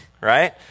right